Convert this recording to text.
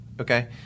Okay